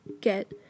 get